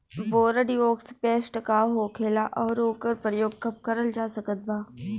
Bordeaux paste का होखेला और ओकर प्रयोग कब करल जा सकत बा?